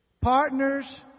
Partners